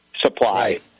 supply